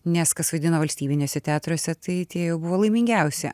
nes kas vaidino valstybiniuose teatruose tai tie jau buvo laimingiausi